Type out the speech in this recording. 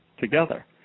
together